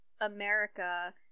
America